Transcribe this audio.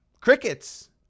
Crickets